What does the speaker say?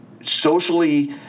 socially